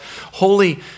holy